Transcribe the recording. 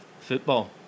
football